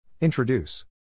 Introduce